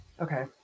Okay